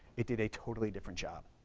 it did a totally different job.